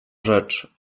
rzecz